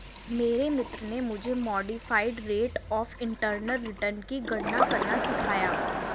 मेरे मित्र ने मुझे modified rate of internal return की गणना करना सिखाया